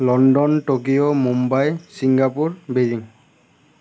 London Tokyo Mumbai Singapore Beijing